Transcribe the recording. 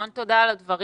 המון תודה על הדברים,